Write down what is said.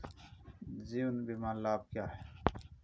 जीवन बीमा लाभ क्या हैं?